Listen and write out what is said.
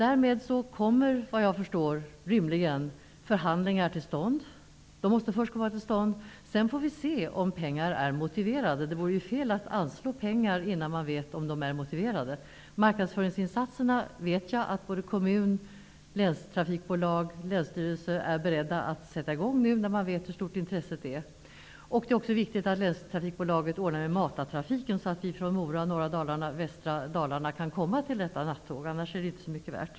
Därmed kommer rimligen -- såvitt jag förstår -- förhandlingar till stånd. Sedan får vi se om det är motiverat med pengar. Det vore ju fel att anslå pengar innan man vet om de är motiverade. Jag vet att både kommun, länstrafikbolag och länsstyrelse är berdda att sätta i gång med marknadsföringsinsatser nu när man vet hur stort intresset är. Det är också viktigt att länstrafikbolaget ordnar med matartrafik, så att vi från Mora, norra och västra Dalarna kan utnyttja detta nattåg. Annars är det inte så mycket värt.